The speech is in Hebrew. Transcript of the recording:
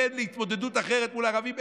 כן להתמודדות אחרת מול ערבים.